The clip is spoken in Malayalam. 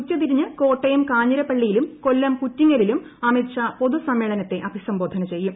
ഉച്ചതിരിഞ്ഞ് കോട്ടയം കാഞ്ഞിരപ്പള്ളിയിലും കൊല്ലും പ്പൂറ്റിങ്ങലിലും അമിത് ഷാ പൊതുസമ്മേളനത്തെ അഭിസുംബോധന ചെയ്യും